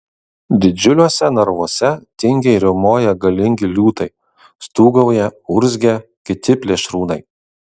didžiuliuose narvuose tingiai riaumoja galingi liūtai stūgauja urzgia kiti plėšrūnai